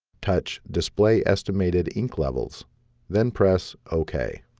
touch display estimated ink levels then press ok